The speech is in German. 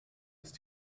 ist